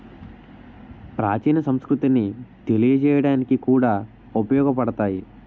ప్రాచీన సంస్కృతిని తెలియజేయడానికి కూడా ఉపయోగపడతాయి